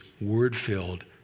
Word-filled